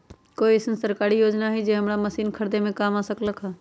कोइ अईसन सरकारी योजना हई जे हमरा मशीन खरीदे में काम आ सकलक ह?